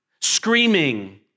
screaming